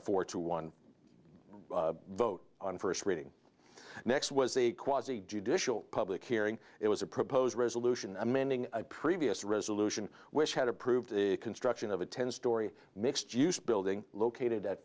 a four to one vote on first reading next was a quasi judicial public hearing it was a proposed resolution amending a previous resolution which had approved the construction of a ten storey mixed use building located at